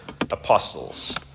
apostles